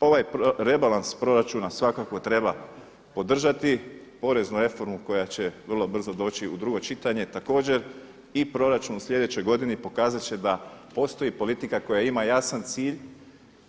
Ovaj rebalans proračuna svakako treba podržati, poreznu reformu koja će vrlo brzo doći u drugo čitanje, također i proračun u sljedećoj godini pokazati će da postoji politika koja ima jasan cilj,